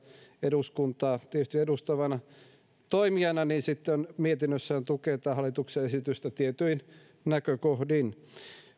eduskuntaa edustavana toimijana sitten mietinnössään tukee tätä hallituksen esitystä tietyin näkökohdin